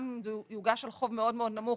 גם אם זה יוגש על חוב מאוד נמוך,